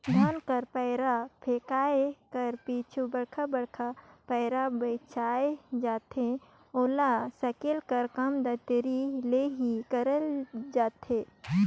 धान कर पैरा फेकाए कर पाछू बड़खा बड़खा पैरा बाएच जाथे ओला सकेले कर काम दँतारी ले ही करल जाथे